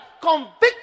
convict